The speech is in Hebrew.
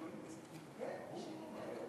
איך הגעת לזה?